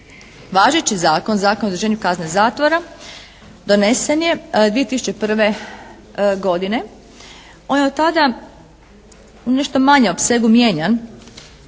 važeći zakon Zakon o izvršenju kazne zatvora donesen je 2001. godine. On je od tada nešto manje u opsegu mijenjan